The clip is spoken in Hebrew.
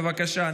בבקשה,